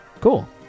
Cool